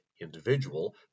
individual